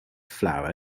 flower